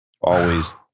always-